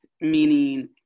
meaning